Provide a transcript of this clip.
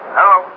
Hello